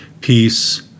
peace